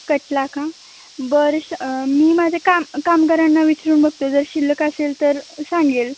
कटला का बर श मी माझ्या काम कामगारांना विचारून बघतो जर शिल्लक असेल तर सांगेल